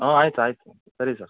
ಹಾಂ ಆಯ್ತು ಆಯ್ತು ಸರಿ ಸರ್